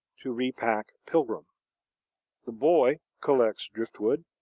to repack pilgrim the boy collects driftwood,